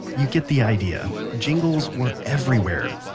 you get the idea. jingles were everywhere.